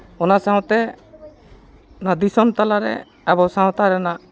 ᱚᱱᱟ ᱥᱟᱶᱛᱮ ᱚᱱᱟ ᱫᱥᱚᱢ ᱛᱟᱞᱟᱨᱮ ᱟᱵᱚ ᱥᱟᱶᱛᱟ ᱨᱮᱱᱟᱜ